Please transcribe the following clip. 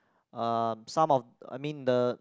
um some of I mean the